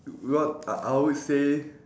well I I would say